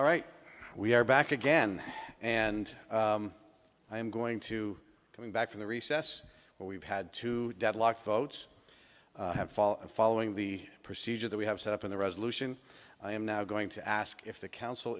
all right we are back again and i am going to come back from the recess where we've had two deadlock votes have fallen following the procedure that we have set up in the resolution i am now going to ask if the council